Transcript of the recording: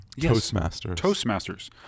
Toastmasters